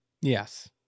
Yes